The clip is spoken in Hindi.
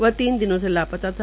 वह तीन दिनों से लापता था